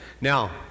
Now